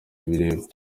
bireba